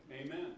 Amen